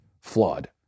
flawed